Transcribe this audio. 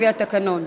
לפי התקנון.